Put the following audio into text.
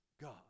God